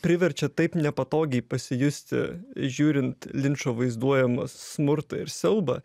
priverčia taip nepatogiai pasijusti žiūrint linčo vaizduojamą smurtą ir siaubą